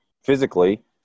physically